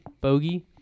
bogey